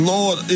Lord